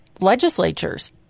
legislatures